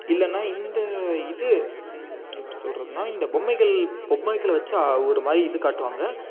இல்லைனா இந்த இது எப்படி சொல்கிறதுன்னா இந்த பொம்மைகள் பொம்மைகளை வச்சு ஒருமாதிரி இது காட்டுவாங்க